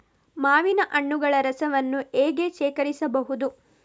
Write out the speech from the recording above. ಮಾವಿನ ಹಣ್ಣುಗಳ ರಸವನ್ನು ಹೇಗೆ ಶೇಖರಿಸಬಹುದು?